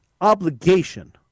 obligation